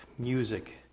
Music